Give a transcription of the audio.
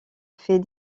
fait